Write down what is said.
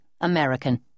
American